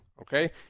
okay